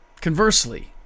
Conversely